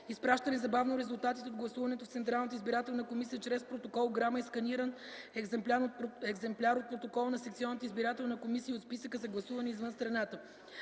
изпраща незабавно резултатите от гласуването в Централната избирателна комисия, чрез протокол-грама и сканиран екземпляр от протокола на секционната избирателна комисия и от списъка за гласуване извън страната.